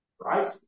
Right